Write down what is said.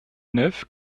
neuf